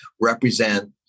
represent